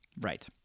Right